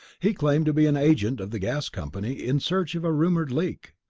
he claimed to be an agent of the gas company, in search of a rumoured leak.